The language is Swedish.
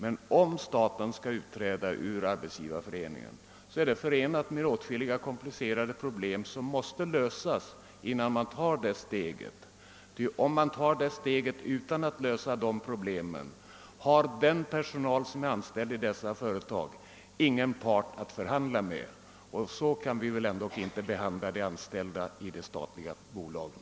Ett utträde av de statliga företagen ur Arbetsgivareföreningen är förenat med åtskilliga komplicerade problem, som först måste lösas. Om man tar steget utan att lösa dessa problem, har den personal som är anställd i dessa företag ingen part att förhandla med, och så kan vi väl ändå inte behandla de anställda i de statliga bolagen.